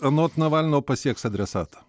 anot navalno pasieks adresatą